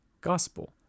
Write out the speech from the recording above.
gospel